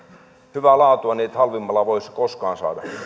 hyvää laatua niin et halvimmalla voi koskaan saada